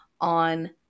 on